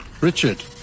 Richard